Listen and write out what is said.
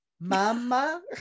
mama